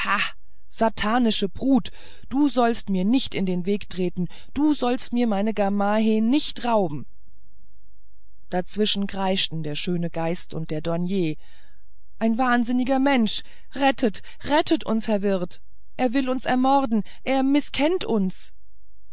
satanische brut du sollst mir nicht in den weg treten du sollst mir meine gamaheh nicht rauben dazwischen kreischten der schöne geist und der douanier ein wahnsinniger mensch rettet rettet uns herr wirt er will uns ermorden er mißkennt uns